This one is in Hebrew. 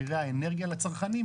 מחירי האנרגיה לצרכנים?